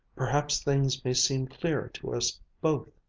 perhaps things may seem clearer to us both,